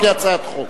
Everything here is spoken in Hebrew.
אבל לא כהצעת חוק.